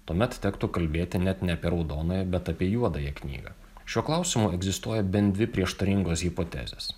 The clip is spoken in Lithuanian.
tuomet tektų kalbėti net ne per raudonąją bet apie juodąją knygą šiuo klausimu egzistuoja bent dvi prieštaringos hipotezės